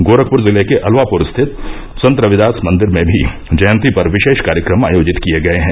गोरखपुर जिले के अलवापुर स्थित संत रविदास मंदिर में भी जयंती पर विशेष कार्यक्रम आयोजित किए गये हैं